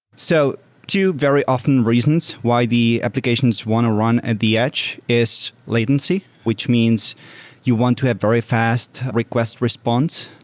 so two very often reasons why the applications want to run at the edge is latency, which means you want to have very fast request response.